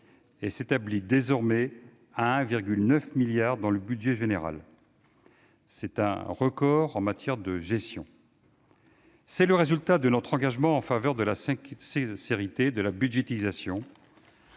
et s'établit désormais à 1,9 milliard d'euros dans le budget général. C'est un record en matière de gestion. C'est le résultat de notre engagement en faveur de la sincérité de la budgétisation,